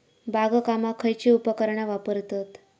बागकामाक खयची उपकरणा वापरतत?